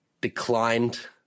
declined